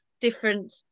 different